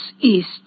east